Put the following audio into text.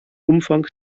umfang